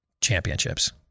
Championships